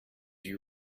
you